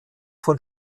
von